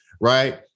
right